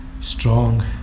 strong